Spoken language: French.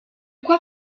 quoi